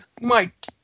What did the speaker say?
Mike